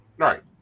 right